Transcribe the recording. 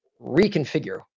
reconfigure